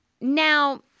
Now